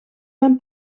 van